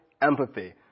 empathy